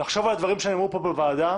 לחשוב על הדברים שנאמרו פה בוועדה,